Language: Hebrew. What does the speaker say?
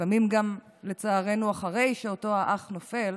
לצערנו פעמים גם אחרי שאותו אח נופל,